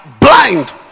blind